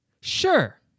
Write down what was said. Sure